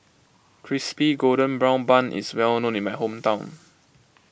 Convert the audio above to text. Crispy Golden Brown Bun is well known in my hometown